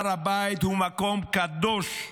הר הבית הוא מקום קדוש,